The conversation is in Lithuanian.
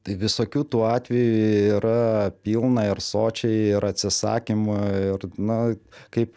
tai visokių tų atvejų yra pilna ir sočiai ir atsisakymų ir na kaip